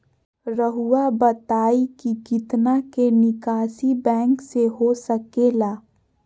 रहुआ बताइं कि कितना के निकासी बैंक से हो सके ला?